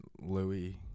Louis